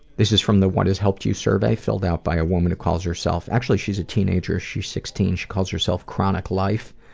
this is from the what has helped you survey filled out by a woman who calls herself actually she's a teenager, she's sixteen, she calls herself chronic life.